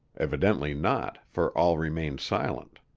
evidently not, for all remained silent.